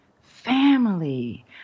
family